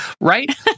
right